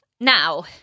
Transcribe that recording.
Now